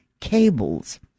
cables